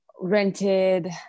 rented